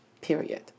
Period